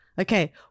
Okay